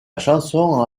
chanson